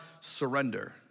surrender